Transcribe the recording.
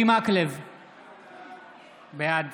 בעד